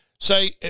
Say